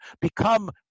become